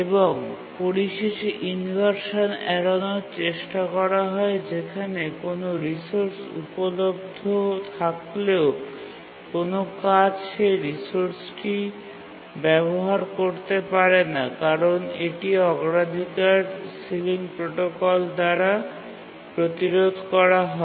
এবং পরিশেষে ইনভারসান এড়ানোর চেষ্টা করা হয় যেখানে কোনও রিসোর্স উপলব্ধ থাকলেও কোনও কাজ সেই রিসোর্সটি ব্যবহার করতে পারে না কারণ এটি অগ্রাধিকার সিলিং প্রোটোকল দ্বারা প্রতিরোধ করা হয়